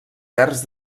terç